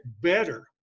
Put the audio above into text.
better